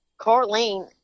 Carlene